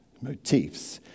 Motifs